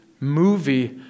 movie